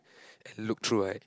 look through right